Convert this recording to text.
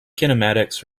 kinematics